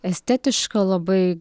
estetiška labai